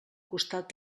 costat